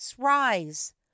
rise